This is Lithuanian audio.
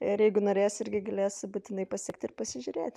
ir jeigu norės irgi galės būtinai pasekti ir pasižiūrėti